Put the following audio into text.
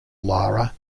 lara